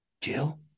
Jill